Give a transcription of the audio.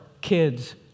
kids